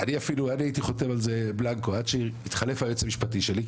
אני אפילו הייתי חותם על זה בלנקו עד שהתחלף היועץ המשפטי שלי,